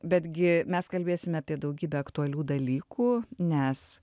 betgi mes kalbėsim apie daugybę aktualių dalykų nes